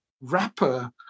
rapper